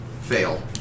Fail